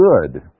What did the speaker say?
good